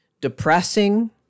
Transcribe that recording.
Depressing